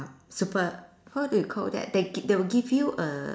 super how do you call that they gi~ they will give you a